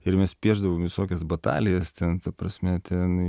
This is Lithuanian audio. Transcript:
ir mes piešdavom visokias batalijas ten ta prasme ten